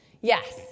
Yes